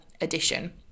edition